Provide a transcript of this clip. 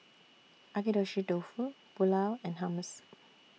Agedashi Dofu Pulao and Hummus